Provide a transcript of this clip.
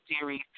series